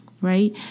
right